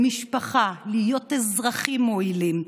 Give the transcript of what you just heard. במשפחה, להיות אזרחים מועילים.